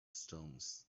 stones